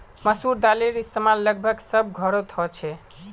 मसूर दालेर इस्तेमाल लगभग सब घोरोत होछे